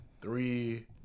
Three